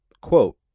quote